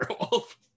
werewolf